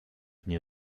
nie